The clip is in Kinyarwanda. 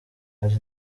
ati